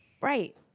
Right